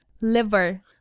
Liver